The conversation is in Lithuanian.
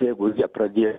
jeigu jie pradės